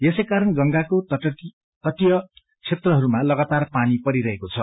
यसैकारण गंगाको तटीय क्षेत्रहरूमा लगाातार पानी परिरहेको छ